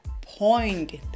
point